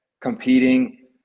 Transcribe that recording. competing